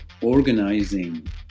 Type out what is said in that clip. organizing